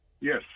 Yes